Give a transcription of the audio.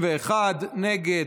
בעד, 31, נגד,